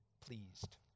pleased